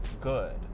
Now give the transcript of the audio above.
good